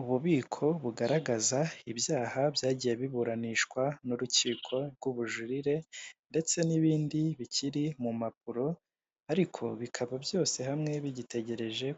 Ububiko bugaragaza ibyaha byagiye biburanishwa n'urukiko rw'ubujurire, ndetse n'ibindi bikiri mu mpapuro, ariko bikaba byose hamwe bigitegereje